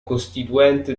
costituente